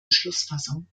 beschlussfassung